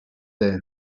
day